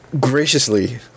graciously